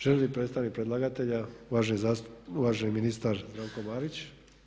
Želi li predstavnik predlagatelja, uvaženi ministar Zdravko Marić.